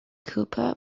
cooper